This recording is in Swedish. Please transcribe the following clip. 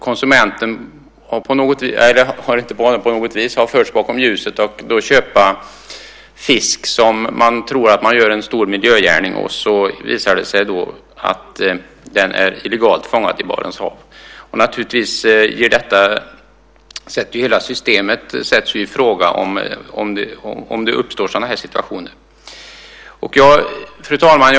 Konsumenten har förts bakom ljuset. Man köper fisk och tror att man gör en stor miljögärning. Sedan visar det sig att den är illegalt fångad i Barents hav. Naturligtvis sätts hela systemet i fråga om det uppstår sådana situationer. Fru talman!